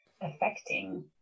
affecting